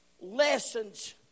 Lessons